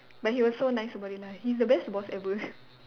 but he was so nice about it lah he's the best boss ever